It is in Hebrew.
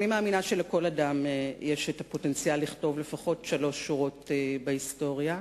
אני מאמינה שלכל אדם יש הפוטנציאל לכתוב לפחות שלוש שורות בהיסטוריה,